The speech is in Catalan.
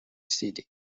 city